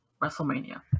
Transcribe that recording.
WrestleMania